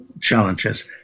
challenges